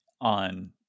on